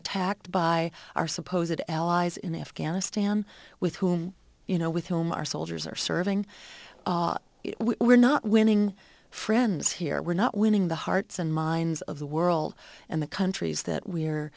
attacked by our so poset allies in afghanistan with whom you know with whom our soldiers are serving we're not winning friends here we're not winning the hearts and minds of the world and the countries that we